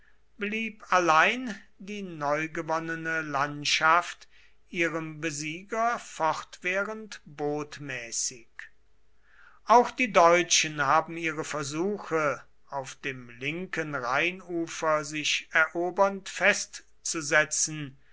blieb allein die neugewonnene landschaft ihrem besieger fortwährend botmäßig auch die deutschen haben ihre versuche auf dem linken rheinufer sich erobernd festzusetzen